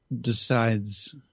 decides